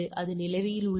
அது நிலுவையில் உள்ளது